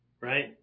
right